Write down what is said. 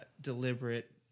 deliberate